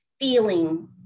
feeling